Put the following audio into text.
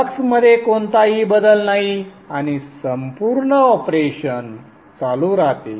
flux मध्ये कोणताही बदल नाही आणि संपूर्ण ऑपरेशन चालू राहते